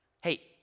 Hey